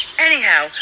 Anyhow